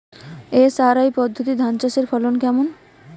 SRI পদ্ধতি ধান চাষের ফলন কেমন?